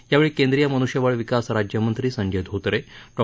यावेळी केंद्रीय मनुष्यबळ विकास राज्यमंत्री संजय धोत्रे डॉ